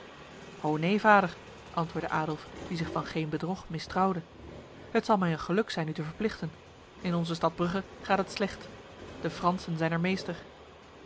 o neen vader antwoordde adolf die zich van geen bedrog mistrouwde het zal mij een geluk zijn u te verplichten in onze stad brugge gaat het slecht de fransen zijn er meester